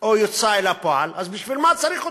או יצא אל הפועל, אז בשביל מה צריך אותו?